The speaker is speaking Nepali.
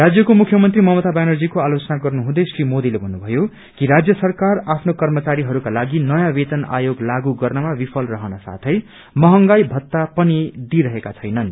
राज्यको मुख्यमंत्री ममता व्यानर्जीकोआलोचना गर्नुहुँदै श्री मोदीले भन्नुभयो कि राज्य सरकारले आफ्नो कर्मचारीहरूका लागि नयाँ वेतन आयोग लागू गर्नमा विफल रहन साथै महंगाई भत्ता पनि दिइरहेका छैनन्